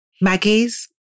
Maggie's